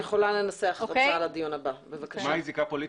את יכולה לנסח הצעה לדיון הבא בבקשה ---- מה היא זיקה פוליטית,